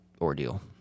ordeal